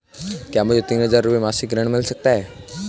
क्या मुझे तीन हज़ार रूपये मासिक का ऋण मिल सकता है?